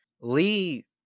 Lee